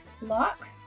lock